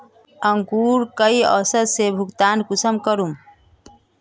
अंकूर कई औसत से भुगतान कुंसम करूम?